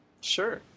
Sure